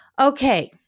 Okay